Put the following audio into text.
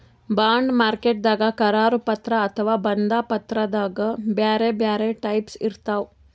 bond ಮಾರ್ಕೆಟ್ದಾಗ್ ಕರಾರು ಪತ್ರ ಅಥವಾ ಬಂಧ ಪತ್ರದಾಗ್ ಬ್ಯಾರೆ ಬ್ಯಾರೆ ಟೈಪ್ಸ್ ಇರ್ತವ್